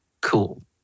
cool